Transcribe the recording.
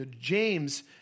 James